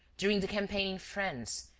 during the campaign in france,